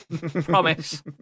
promise